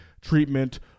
treatment